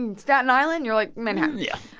and staten island? you're like, manhattan yeah